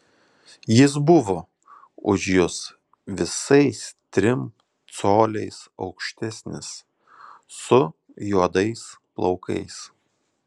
jis buvo už jus visais trim coliais aukštesnis su juodais plaukais